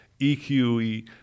EQE